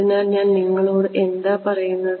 അതിനാൽ അത് നിങ്ങളോട് എന്താണ് പറയുന്നത്